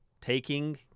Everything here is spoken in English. taking